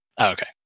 okay